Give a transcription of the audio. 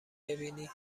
ببینی